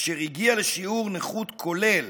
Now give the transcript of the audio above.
אשר הגיע לשיעור נכות כולל